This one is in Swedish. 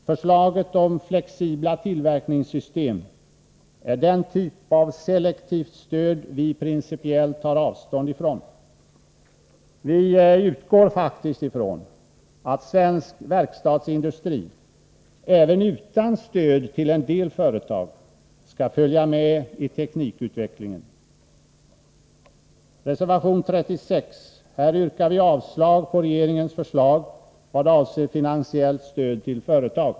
Förslaget om flexibla tillverkningssystem är den typ av selektivt stöd vi principiellt tar avstånd från. Vi utgår faktiskt ifrån att svensk verkstadsindustri även utan stöd till en del företag skall följa med i teknikutvecklingen. Reservation 36. Vi yrkar avslag på regeringens förslag vad avser finansiellt stöd till företag.